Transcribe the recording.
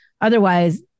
otherwise